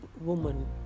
woman